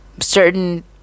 certain